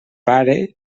pare